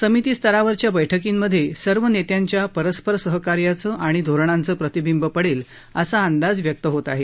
समिती स्तरावरील बैठकीमधे सर्व नेत्यांच्या परस्पर सहकार्याचं आणि त्यांच्या धोरणांचं प्रतिबिंब पडेल असा अंदाज व्यक्त होत आहे